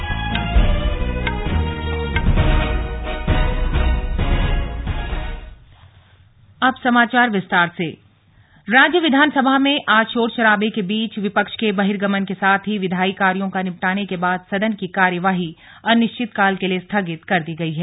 slug विधानसभा सत्र राज्य विधानसभा में आज शोर शराबे के बीच विपक्ष के बहीर्गमन के साथ ही विधायी कार्यों को निपटाने के बाद सदन की कार्यवाही अनिश्चितकाल के लिए स्थगित कर दी गई है